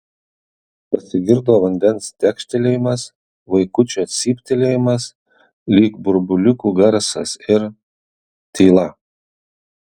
pasigirdo vandens tekštelėjimas vaikučio cyptelėjimas lyg burbuliukų garsas ir tyla